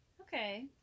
Okay